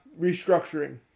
restructuring